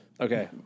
Okay